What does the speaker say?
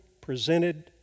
presented